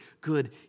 good